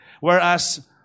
whereas